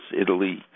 Italy